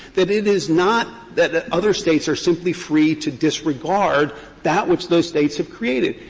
that it is not that that other states are simply free to disregard that which those states have created.